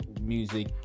music